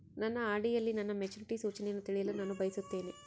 ನನ್ನ ಆರ್.ಡಿ ಯಲ್ಲಿ ನನ್ನ ಮೆಚುರಿಟಿ ಸೂಚನೆಯನ್ನು ತಿಳಿಯಲು ನಾನು ಬಯಸುತ್ತೇನೆ